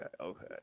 Okay